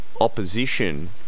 opposition